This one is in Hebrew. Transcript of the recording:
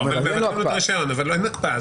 מבטלים לו את הרישיון, אבל אין הקפאה.